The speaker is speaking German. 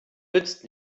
nützt